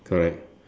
correct